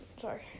sorry